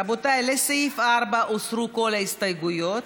רבותיי, לסעיף 4 הוסרו כל ההסתייגויות.